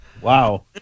Wow